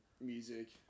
music